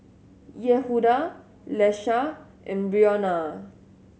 Yehuda Iesha and Breonna